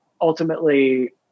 ultimately